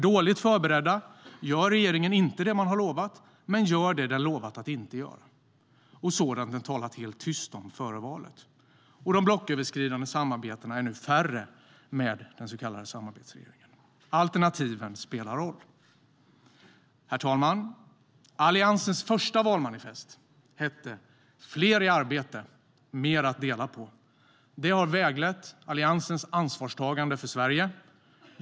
Dåligt förberedda gör regeringen inte det den har lovat utan det den lovat att inte göra och sådant den talat helt tyst om före valet. De blocköverskridande samarbetena är färre med den så kallade samarbetsregeringen. Alternativen spelar roll. -. Det har väglett Alliansens ansvarstagande för Sverige.